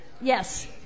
Yes